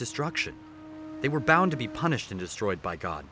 destruction they were bound to be punished and destroyed by god